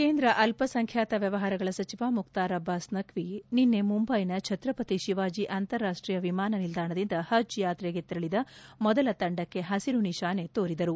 ಕೇಂದ್ರ ಅಲ್ಲ ಸಂಖ್ಯಾತ ವ್ಯವಹಾರಗಳ ಸಚಿವ ಮುಕ್ತಾರ್ ಅಬ್ಬಾಸ್ ನಖ್ವಿ ನಿನ್ನೆ ಮುಂಬೈನ ಛತ್ರಪತಿ ಶಿವಾಜಿ ಅಂತಾರಾಷ್ಷೀಯ ವಿಮಾನ ನಿಲ್ಲಾಣದಿಂದ ಹಜ್ ಯಾತ್ರೆಗೆ ತೆರಳದ ಮೊದಲ ತಂಡಕ್ಕೆ ಹಸಿರು ನಿಶಾನೆ ತೋರಿದರು